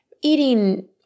eating